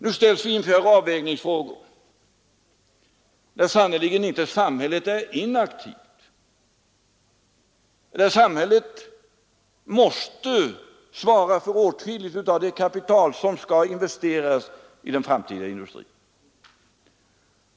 Nu ställs vi inför avvägningsfrågor, där sannerligen inte samhället är inaktivt, där samhället måste svara för åtskilligt av det kapital som skall investeras i den framtida industrin.